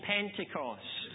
Pentecost